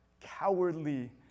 cowardly